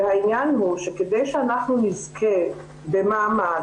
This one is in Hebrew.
והעניין הוא שכדי שאנחנו נזכה במעמד,